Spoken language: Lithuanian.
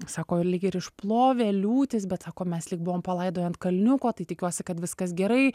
sako lyg ir išplovė liūtys bet sako mes lyg buvom palaidoję ant kalniuko tai tikiuosi kad viskas gerai